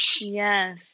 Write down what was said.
Yes